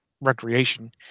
recreation